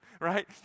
right